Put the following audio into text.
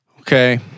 Okay